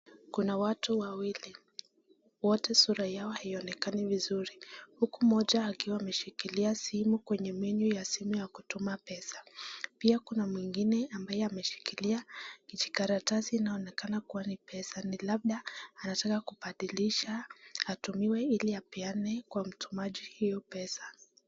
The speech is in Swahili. Kuna watu wawili wote sura yao hawaonekani vizu huku moja akiwa anashikilia simu kwenye menu ya simu ya kutuma pesa, pia kuna mwingine akishikilia jikaratasi na inaonekana kuwa ni pesa ni labda anataka kupandilisha kutumiwa hili apeanekwa mtu hayo pesa.